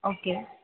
okay